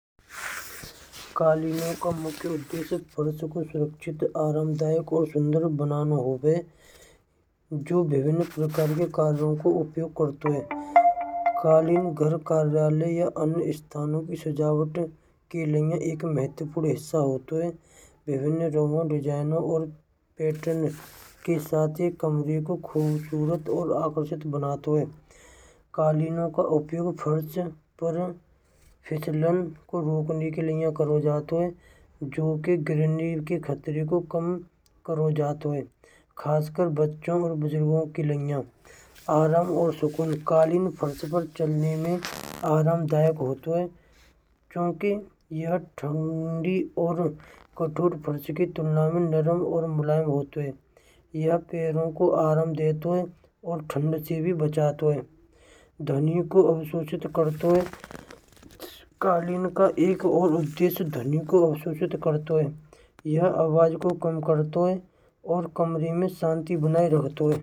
कालीनों का मुख्य उद्देश्य फर्श को सुरक्षित आरामदायक और सुंदर बनानो होवे हय। जो विभिन्न प्रकार के कार्यो का उपयोग करतो है। कालीन घर कार्यालय या अन्य स्थान की सजावट के लिए एक महत्वपूर्ण हिस्सा होतों हय। डिज़ाइनर डिज़ाइनर के साथ ही कमरे को खूबसूरत और आकर्षक बनाते हैं। कालीनों का उपयोग खर्च प्रति विचलन को रोकने के लिए करो जातो है। जे गिरने के खतरे को काम करो जात हय। जे खास बच्चों और बुजुर्गों की आराम और सुकून कालीन फर्श पर चलने में आरामदायक होते हैं। यह पैरों को आराम देतो हय। और ठंड से भी बचतो हय। यह पैरों को आराम देतो हय। और ठंड से भी बचतो हय। ध्वनि को अवशोषित करतो हय। कालीन का एक और उद्देश्य ध्वनि को अवशोषित करतो हय। यह आवाज को कम करतो हय। और शांति बनाये रखतो हय।